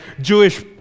Jewish